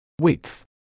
Width